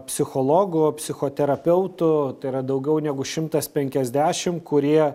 psichologų psichoterapeutų tai yra daugiau negu šimtas penkiasdešim kurie